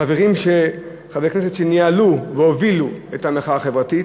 חברי כנסת שניהלו והובילו את המחאה החברתית,